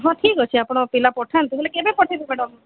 ହଁ ଠିକ୍ ଅଛି ଆପଣ ପିଲା ପଠାନ୍ତୁ ହେଲେ କେବେ ପଠେଇବେ ମ୍ୟାଡମ୍